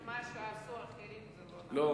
ומה שעשו אחרים לא?